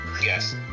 Yes